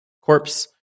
corpse